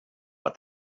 but